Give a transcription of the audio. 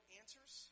answers